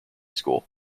school